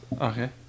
Okay